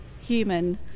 human